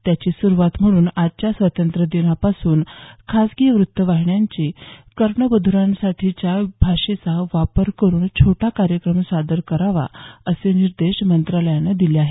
त्याची सुरवात म्हणून आजच्या स्वातंत्र्यदिनापासून खाजगी वृत्तवाहिन्यांनी कर्णबधीरांसाठीच्या भाषेचा वापर करून छोटा कार्यक्रम सादर करावा असे निर्देश मंत्रालयानं दिले आहेत